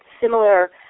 similar